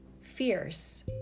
fierce